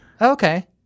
Okay